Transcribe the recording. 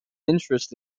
interest